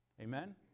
Amen